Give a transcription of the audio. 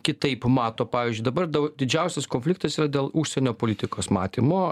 kitaip mato pavyzdžiui dabar didžiausias konfliktas yra dėl užsienio politikos matymo